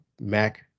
Mac